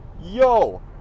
Yo